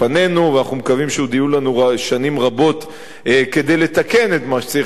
ואנחנו מקווים שעוד יהיו לנו שנים רבות כדי לתקן את מה שצריך לתקן,